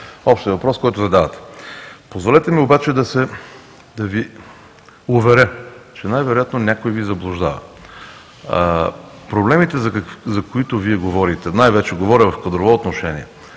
общия въпрос, който задавате. Позволете ми обаче да Ви уверя, че най-вероятно някой Ви заблуждава. Проблемите, за които Вие говорите, най-вече говоря в кадрово отношение,